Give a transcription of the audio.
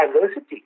diversity